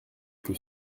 que